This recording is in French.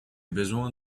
besoin